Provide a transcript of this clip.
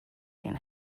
can